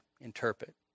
interpret